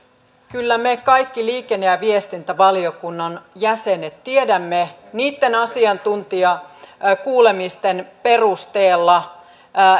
kyllä me kaikki liikenne ja viestintävaliokunnan jäsenet tiedämme niitten asiantuntijakuulemisten perusteella